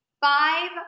five